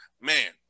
Man